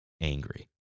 angry